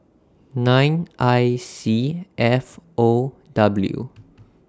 nine I C F O W